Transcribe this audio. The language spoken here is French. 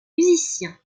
musicien